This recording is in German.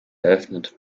eröffnet